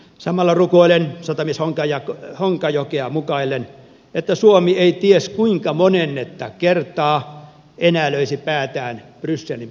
samalla rukoilen sotamies honkajokea mukaillen että suomi ei ties kuinka monennetta kertaa enää löisi päätään brysselin poppeliin